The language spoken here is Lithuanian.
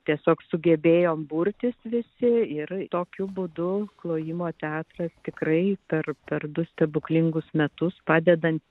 tiesiog sugebėjom burtis visi ir tokiu būdu klojimo teatras tikrai per per du stebuklingus metus padedant